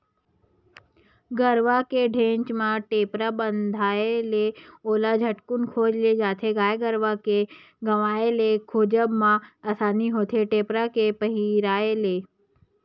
गरुवा के घेंच म टेपरा बंधाय ले ओला झटकून खोज ले जाथे गाय गरुवा के गवाय ले खोजब म असानी होथे टेपरा के पहिराय ले